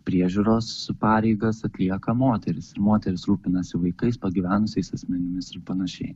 priežiūros pareigas atlieka moterys moterys rūpinasi vaikais pagyvenusiais asmenimis ir panašiai